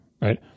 right